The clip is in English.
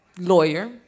lawyer